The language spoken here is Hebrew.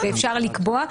אפשר לקבוע.